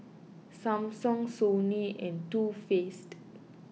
Samsung Sony and Too Faced